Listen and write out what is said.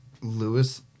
Lewis